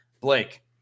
Blake